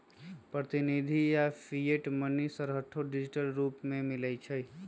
प्रतिनिधि आऽ fiat money हरसठ्ठो डिजिटल रूप में मिलइ छै